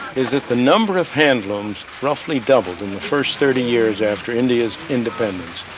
is that the number of handlooms roughly doubled in the first thirty years after india's independence.